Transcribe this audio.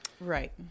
Right